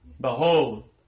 Behold